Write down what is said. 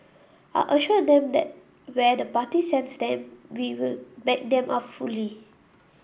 I assured them that where the party sends them we will back them up fully